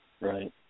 Right